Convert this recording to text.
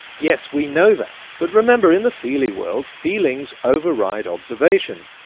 yes, we know that, but remember, in the feelie world, feelings override observation.